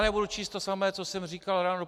Nebudu číst to samé, co jsem říkal ráno.